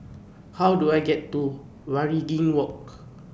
How Do I get to Waringin Walk